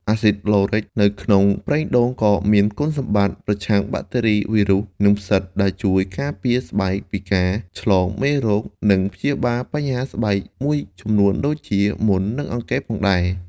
អាស៊ីតឡូរិក នៅក្នុងប្រេងដូងក៏មានគុណសម្បត្តិ ប្រឆាំងបាក់តេរី វីរុស និងផ្សិត ដែលជួយការពារស្បែកពីការឆ្លងមេរោគ និងព្យាបាលបញ្ហាស្បែកមួយចំនួនដូចជា មុន និងអង្គែ ផងដែរ។